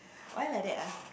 why like that ah